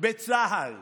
בצה"ל